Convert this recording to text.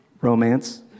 romance